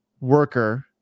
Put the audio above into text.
worker